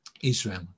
Israel